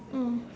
mm